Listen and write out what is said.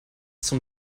zum